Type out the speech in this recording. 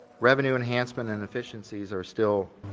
revenue enhancement and efficiencies are still,